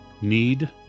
need